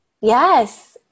Yes